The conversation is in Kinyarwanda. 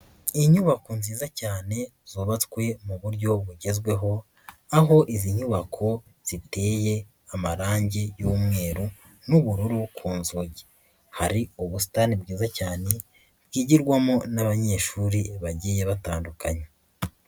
Inyubako nziza cyane zubatswe mu buryo bugezweho, aho izi nyubako ziteye amarangi y'umweru n'ubururu ku nzugi. Hari ubusitani bwiza cyane bwigirwamo n'abanyeshuri bagiye batandukanye.